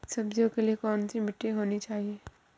सब्जियों के लिए कैसी मिट्टी होनी चाहिए?